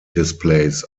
displays